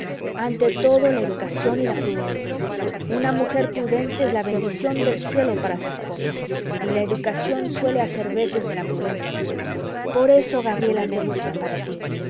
ante todo la educación y la prudencia una mujer prudente es la bendición del cielo para su esposo y la educación suele hacer veces de la prudencia por eso gabriela me gusta para tí